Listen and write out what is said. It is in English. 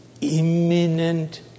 imminent